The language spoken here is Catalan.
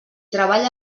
treballa